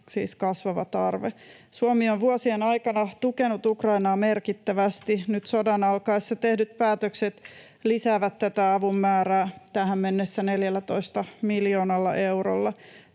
siis kasvava tarve. Suomi on vuosien aikana tukenut Ukrainaa merkittävästi, ja nyt sodan alkaessa tehdyt päätökset lisäävät tätä avun määrää tähän mennessä 14 miljoonalla eurolla.